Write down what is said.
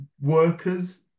workers